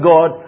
God